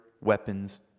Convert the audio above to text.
weapons